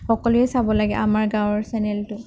সকলোৱে চাব লাগে আমাৰ গাঁৱৰ চেনেলটো